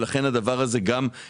ולכן גם הדבר הזה יקר.